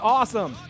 Awesome